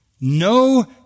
No